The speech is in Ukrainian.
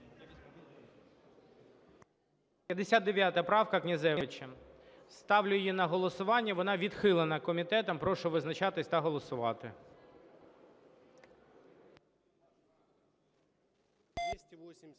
59 правка Князевича. Ставлю її на голосування. Вона відхилена комітетом. Прошу визначатися та голосувати.